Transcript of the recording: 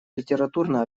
литературно